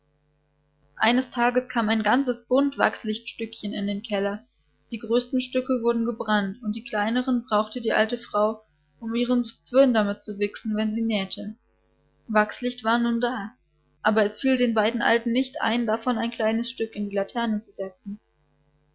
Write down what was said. eines tages kam ein ganzes bund wachslichtstückchen in den keller die größten stücke wurden gebrannt und die kleineren brauchte die alte frau um ihren zwirn damit zu wichsen wenn sie nähte wachslicht war nun da aber es fiel den beiden alten nicht ein davon ein kleines stück in die laterne zu setzen